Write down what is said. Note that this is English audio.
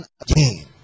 again